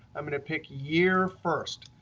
i'm going to pick year first.